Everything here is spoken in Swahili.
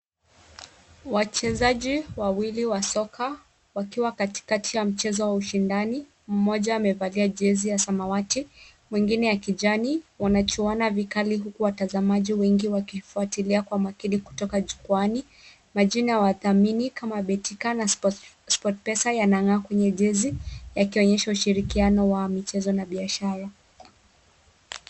Wachezaji wawili wa soka wakiwa katikati ya mchezo wa ushindani mmoja amevalia jezi ya samawati mwingine ya kijani wanachuana vikali huku watazamaji wengi wakifuatilia kwa makini kutoka jukwani. Majina ya wadhamini kama Betika na Sportpesa yanang'aa kwenye jezi yakionyesha ushirikiano wa michezo na biashara.